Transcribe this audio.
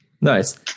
Nice